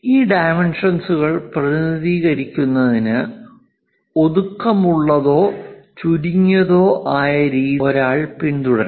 ഈ ഡൈമെൻഷൻസ്കൾ പ്രതിനിധീകരിക്കുന്നതിന് ഒതുക്കമുള്ളതോ ചുരുങ്ങിയതോ ആയ രീതിയിൽ ഒരാൾ പിന്തുടരണം